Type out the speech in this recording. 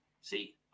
See